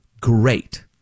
great